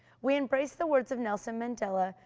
we embrace the words of nelson mandela,